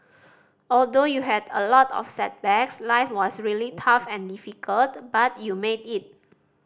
although you had a lot of setbacks life was really tough and difficult but you made it